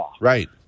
right